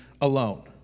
alone